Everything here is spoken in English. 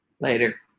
later